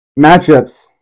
Matchups